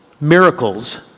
Miracles